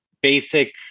basic